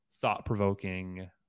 thought-provoking